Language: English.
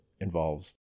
involves